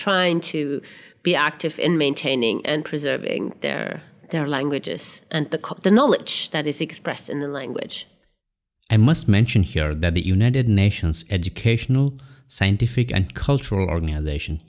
trying to be active in maintaining and preserving their their languages and the knowledge that is expressed in the language i must mention here that the united nations educational scientific and cultural organization